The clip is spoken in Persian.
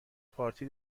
پارتی